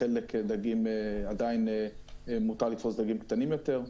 בחלק עדיין מותר לתפוס דגים קטנים יותר.